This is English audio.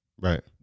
Right